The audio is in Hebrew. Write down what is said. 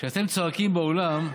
כשאתם צועקים באולם,